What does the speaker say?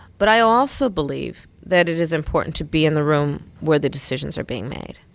but i also believe that it is important to be in the room where the decisions are being made.